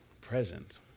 present